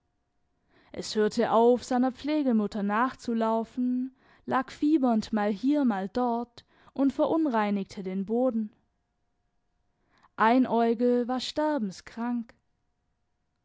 es hörte auf seiner pflegemutter nachzulaufen lag fiebernd mal hier mal dort und verunreinigte den boden einäugel war